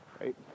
Right